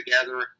together